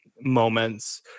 moments